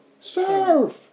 Serve